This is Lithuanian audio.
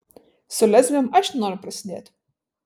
su lesbėm aš nenoriu prasidėti